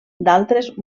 d’altres